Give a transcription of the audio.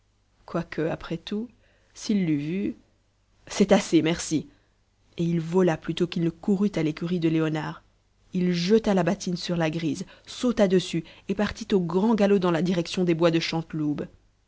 quoique après tout s'il l'eût vue c'est assez merci et il vola plutôt qu'il ne courut à l'écurie de léonard il jeta la bâtine sur la grise sauta dessus et partit au grand galop dans la direction des bois de